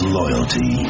loyalty